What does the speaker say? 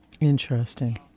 interesting